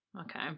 Okay